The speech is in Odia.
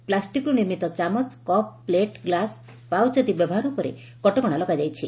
ପ୍ଲାଷ୍ଟିକ୍ରୁ ନିର୍ମିତ ଚାମଚ କପ୍ ପ୍ଲେଟ୍ ଗ୍ଲାସ୍ ପାଉଚ୍ ଆଦି ବ୍ୟବହାର ଉପରେ କଟକଣା ଲଗାଯାଇଛି